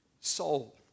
soul